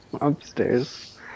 Upstairs